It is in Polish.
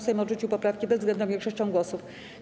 Sejm odrzucił poprawki bezwzględną większością głosów.